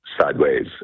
sideways